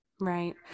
Right